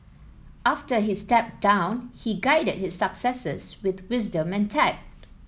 after he stepped down he guided his successors with wisdom and tact